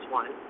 one